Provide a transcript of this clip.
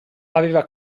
aveva